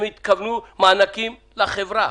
הן התכוונו למענקים לחברה.